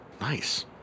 Nice